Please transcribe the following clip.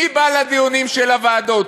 מי בא לדיונים של הוועדות?